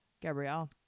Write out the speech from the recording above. Gabrielle